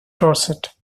dorset